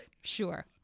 Sure